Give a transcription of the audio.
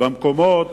במקומות